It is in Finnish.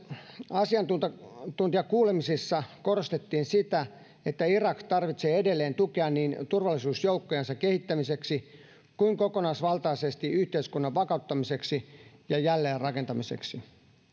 asiantuntijakuulemisissa korostettiin sitä että irak tarvitsee edelleen tukea niin turvallisuusjoukkojensa kehittämiseksi kuin kokonaisvaltaisesti yhteiskunnan vakauttamiseksi ja jälleenrakentamiseksi